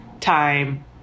time